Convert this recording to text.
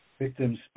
victims